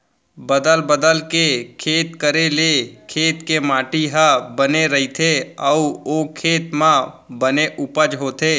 बदल बदल के खेत करे ले खेत के माटी ह बने रइथे अउ ओ खेत म बने उपज होथे